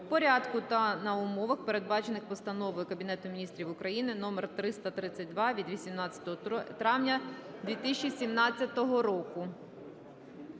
порядку та на умовах, передбачених Постановою Кабінету Міністрів України №332 від 18 травня 2017 року.